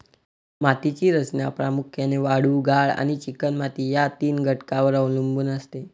मातीची रचना प्रामुख्याने वाळू, गाळ आणि चिकणमाती या तीन घटकांवर अवलंबून असते